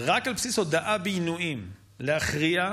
ורק על בסיס הודאה בעינויים להכריע,